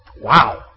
Wow